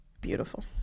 Beautiful